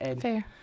Fair